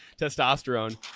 testosterone